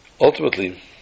Ultimately